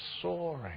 soaring